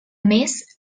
més